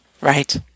Right